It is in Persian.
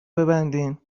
ببندید